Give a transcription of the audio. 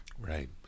right